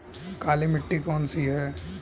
काली मिट्टी कौन सी है?